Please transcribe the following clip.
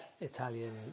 Italian